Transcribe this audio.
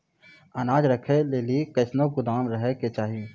अनाज राखै लेली कैसनौ गोदाम रहै के चाही?